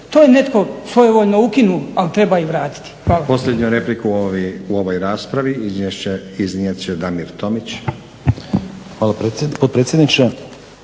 To je netko svojevoljno ukinuo ali treba ih vratiti.